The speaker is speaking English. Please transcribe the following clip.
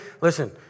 Listen